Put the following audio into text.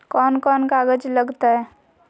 कौन कौन कागज लग तय?